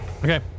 Okay